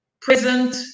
present